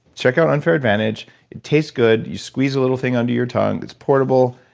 check out unfair advantage. it tastes good. you squeeze a little thing under your tongue. it's portable,